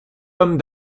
homme